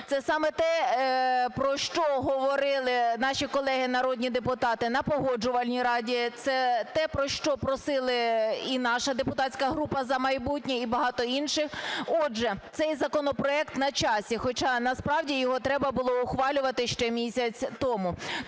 Це саме те, про що говорили наші колеги народні депутати на Погоджувальній раді, це те, про що просили і наша депутатська група "За майбутнє", і багато інших. Отже, цей законопроект на часі. Хоча насправді його треба було ухвалювати ще місяць тому.